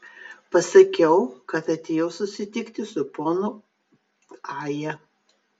pasakiau kad atėjau susitikti su ponu aja